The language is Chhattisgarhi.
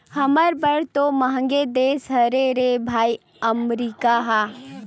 हमर बर तो मंहगे देश हरे रे भइया अमरीका ह